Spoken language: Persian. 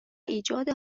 ایجاد